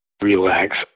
Relax